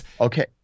Okay